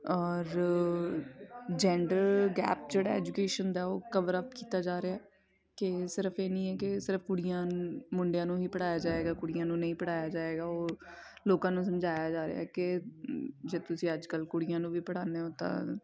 ਔਰ gender gap ਜਿਹੜਾ education ਦਾ ਉਹ ਕਵਰ ਅਪ ਕੀਤਾ ਜਾ ਰਿਹਾ ਕਿ ਸਿਰਫ ਇਹ ਨਹੀਂ ਹੈ ਕਿ ਸਿਰਫ ਕੁੜੀਆਂ ਮੁੰਡਿਆਂ ਨੂੰ ਹੀ ਪੜ੍ਹਾਇਆ ਜਾਵੇਗਾ ਕੁੜੀਆਂ ਨੂੰ ਨਹੀਂ ਪੜ੍ਹਾਇਆ ਜਾਵੇਗਾ ਉਹ ਲੋਕਾਂ ਨੂੰ ਸਮਝਾਇਆ ਜਾ ਰਿਹਾ ਕਿ ਜੇ ਤੁਸੀਂ ਅੱਜ ਕੱਲ੍ਹ ਕੁੜੀਆਂ ਨੂੰ ਵੀ ਪੜ੍ਹਾਉਂਦੇ ਹੋ ਤਾਂ